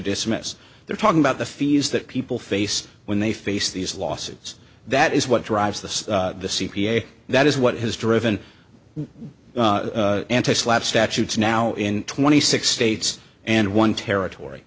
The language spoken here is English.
dismiss they're talking about the fees that people face when they face these lawsuits that is what drives the c p a that is what has driven and to slap statutes now in twenty six states and one territory